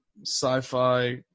sci-fi